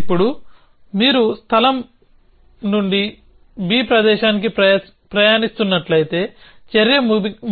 ఇప్పుడుమీరు స్థలం నుండి b ప్రదేశానికి ప్రయాణిస్తున్నట్లయితే చర్య